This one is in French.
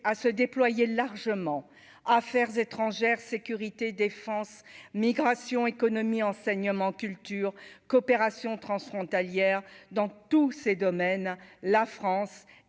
se déployer largement, Affaires étrangères, sécurité, défense migration économie enseignement : culture, coopération transfrontalière dans tous ces domaines, la France et